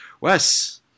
Wes